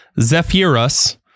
Zephyrus